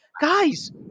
guys